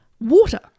Water